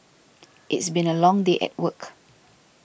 it's been a long day at work